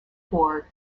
horde